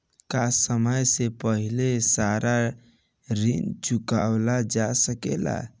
का समय से पहले सारा ऋण चुकावल जा सकेला?